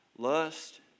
Lust